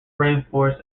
rainforest